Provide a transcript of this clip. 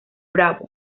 bravo